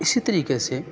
اسی طریقے سے